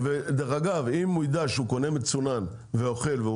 ודרך אגב אם הוא ידע שהוא קונה מצונן ואוכל והוא